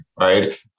right